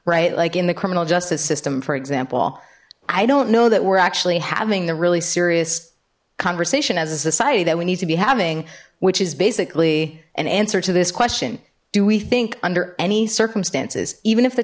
right like in the criminal justice system for example i don't know that we're actually having the really serious conversation as a society that we need to be having which is basically an to this question do we think under any circumstances even if the